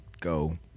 go